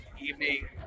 evening